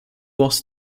was